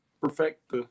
perfect